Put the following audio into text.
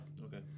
okay